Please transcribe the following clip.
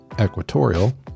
Equatorial